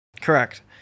Correct